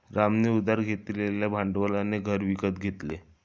रामने उधार घेतलेल्या भांडवलाने घर विकत घेतले